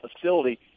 facility